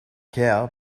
cow